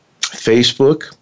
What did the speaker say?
Facebook